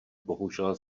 bohužel